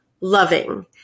loving